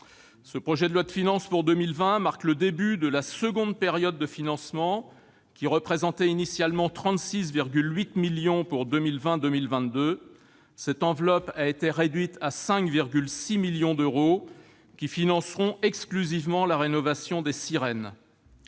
Ce projet de loi de finances pour 2020 marque le début de la seconde période de financement, qui représentait initialement 36,8 millions d'euros pour la période 2020-2022. Cette enveloppe a été réduite à 5,6 millions d'euros, qui financeront exclusivement la rénovation des sirènes.